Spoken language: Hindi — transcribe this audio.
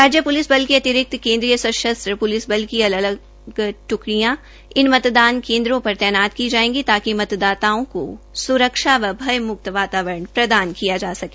राज्य पुलिस बल के अतिरिक्त केंद्रीय सशस्त्र पुलिस बल की अलग अलग ट्कड़ियां इन मतदान केंद्रों पर तैनात की जाएगी ताकि मतदाताओं को सुरक्षा व भयमुक्त वातावरण प्रदान किया जा सके